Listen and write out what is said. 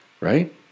Right